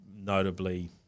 notably